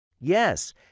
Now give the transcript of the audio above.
Yes